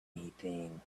anything